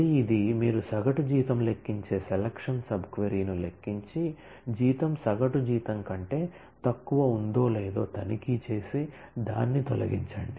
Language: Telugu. మళ్ళీ ఇది మీరు సగటు జీతం లెక్కించే సెలక్షన్ సబ్ క్వరీ ను లెక్కించి జీతం సగటు జీతం కంటే తక్కువగా ఉందో లేదో తనిఖీ చేసి దాన్ని డిలీట్ చేయండి